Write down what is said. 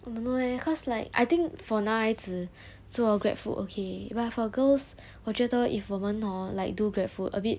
I don't know eh cause like I think for 男孩子做 grab food okay but for girls 我觉得 if 我们 hor like do grab food a bit